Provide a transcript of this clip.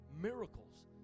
Miracles